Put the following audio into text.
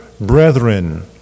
brethren